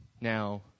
Now